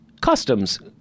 customs